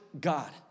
God